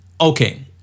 okay